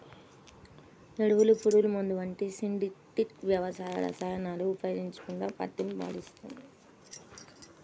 ఎరువులు, పురుగుమందులు వంటి సింథటిక్ వ్యవసాయ రసాయనాలను ఉపయోగించకుండా పత్తిని పండిస్తున్నారు